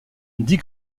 dix